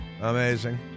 Amazing